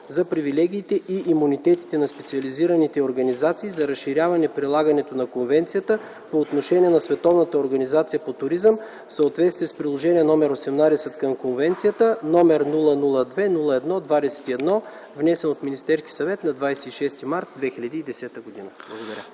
за привилегиите и имунитетите на специализираните организации за разширяване прилагането на Конвенцията по отношение на Световната организация по туризъм в съответствие с Приложение № 18 към конвенцията, № 002-01-21, внесен от Министерски съвет на 26.03.2010 г.” Благодаря.